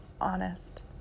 honest